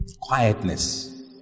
Quietness